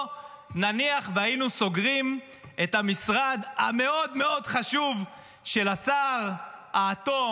נניח שהיינו סוגרים את המשרד המאוד מאוד חשוב של שר האטום,